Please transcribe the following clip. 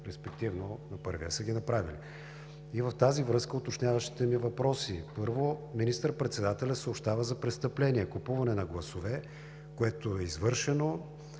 респективно на първия са ги направили. В тази връзка уточняващите ми въпроси: Първо, министър-председателят съобщава за престъпление – купуване на гласове, което е извършено,